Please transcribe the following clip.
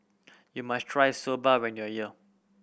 you must try Soba when you are here